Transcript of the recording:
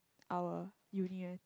our uni one